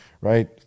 Right